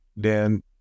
Dan